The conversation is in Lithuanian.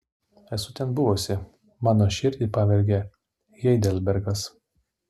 esu ten buvusi mano širdį pavergė heidelbergas